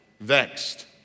vexed